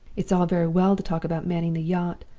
it's all very well to talk about manning the yacht.